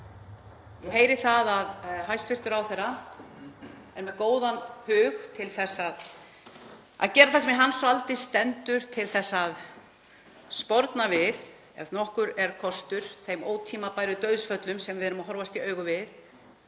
Ég heyri að hæstv. ráðherra er með góðan hug til þess að gera það sem í hans valdi stendur til að sporna við, ef nokkur er kostur, þeim ótímabæru dauðsföllum sem við erum að horfast í augu við.